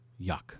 Yuck